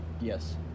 Yes